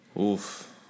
Oof